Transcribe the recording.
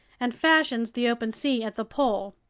and fashions the open sea at the pole.